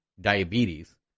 diabetes